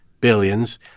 billions